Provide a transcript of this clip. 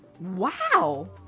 Wow